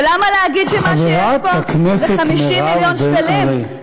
חברת הכנסת מירב בן ארי.